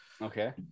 Okay